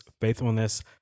faithfulness